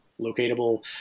locatable